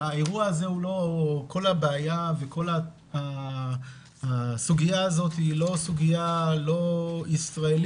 כל הבעיה וכל הסוגיה הזאת היא לא סוגיה ישראלית,